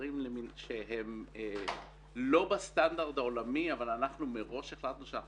דברים שהם לא בסטנדרט העולמי אבל אנחנו מראש החלטנו שאנחנו